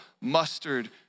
mustard